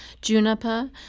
Juniper